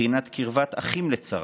מבחינת קרבת אחים לצרה,